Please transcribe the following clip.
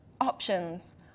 Options